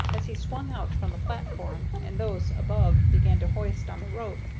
as he swung out from the platform, and those above began to hoist on the rope,